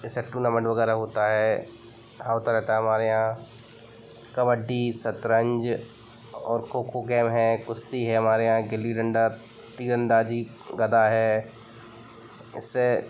जैसे टूर्नामेंट वगैरह होता है हाँ होता रहता है हमारे यहाँ कबड्डी शतरंज और खो खो गेम है कुश्ती है हमारे यहाँ गिल्ली डंडा तीरंदाजी गदा है इससे